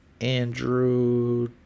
Andrew